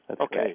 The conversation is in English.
Okay